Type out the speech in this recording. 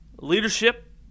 leadership